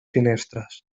finestres